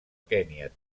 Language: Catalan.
kenya